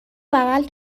بغل